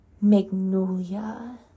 magnolia